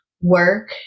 work